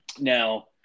Now